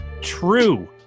true